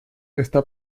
está